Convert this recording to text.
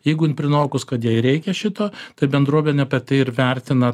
jeigu jin prinokus kad jai reikia šito tad bendruomenė pati ir vertina